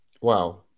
Wow